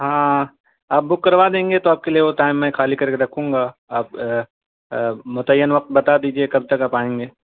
ہاں آپ بک کروا دیں گے تو آپ کے لیے وہ ٹائم میں خالی کر کے رکھوں گا آپ متعین وقت بتا دیجیے کب تک آپ آئیں گے